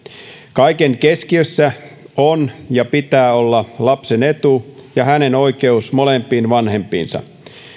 kaiken keskiössä on ja pitää olla lapsen etu ja hänen oikeutensa molempiin vanhempiinsa